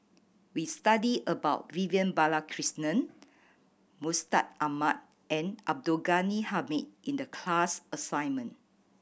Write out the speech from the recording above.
we studied about Vivian Balakrishnan Mustaq Ahmad and Abdul Ghani Hamid in the class assignment